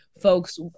folks